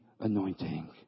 anointing